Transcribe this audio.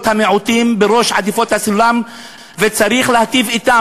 המיעוטים בראש סולם העדיפות וצריך להטיב אתם,